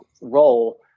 role